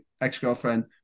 ex-girlfriend